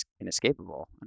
inescapable